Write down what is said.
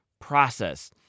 process